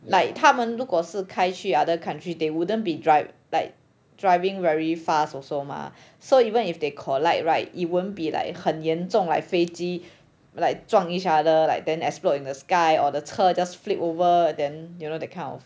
like 他们如果是开去 other country they wouldn't be dri~ like driving very fast also mah so even if they collide right it won't be like 很严重 like 飞机 like 撞 each other like then explode in the sky or the 车 just flip over then you know that kind of